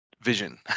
Vision